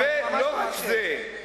ולא רק זה,